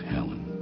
Helen